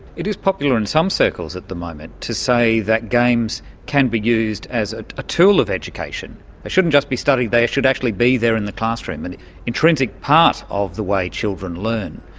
it is popular in some circles at the moment to say that games can be used as a tool of education, they shouldn't just be studied, they should actually be there in the classroom, an and intrinsic part of the way children learn.